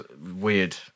weird